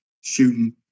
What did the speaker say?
shooting